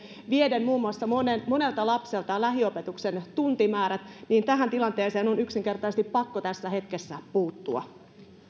vieden muun muassa monelta monelta lapselta lähiopetuksen tuntimäärät että tähän tilanteeseen on yksinkertaisesti pakko tässä hetkessä puuttua